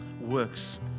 works